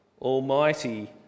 almighty